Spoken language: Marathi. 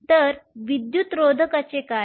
तर विद्युतरोधकाचे काय